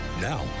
Now